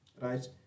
right